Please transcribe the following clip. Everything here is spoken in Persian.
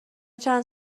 چند